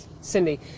Cindy